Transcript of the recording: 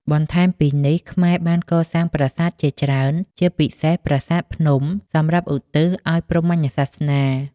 បន្ថែមពីនេះ ខ្មែរបានកសាងប្រាសាទជាច្រើន ជាពិសេសប្រាសាទភ្នំ សម្រាប់ឧទ្ទិសឱ្យព្រហ្មញ្ញសាសនា។